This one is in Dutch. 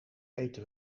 eten